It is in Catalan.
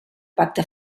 pacte